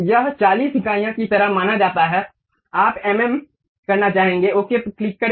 यह 40 इकाइयों की तरह माना जाता है आप एमएम करना चाहेंगे ओके क्लिक करें